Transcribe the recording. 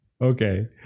Okay